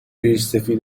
ریشسفید